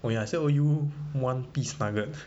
oh ya I still owe you one piece nugget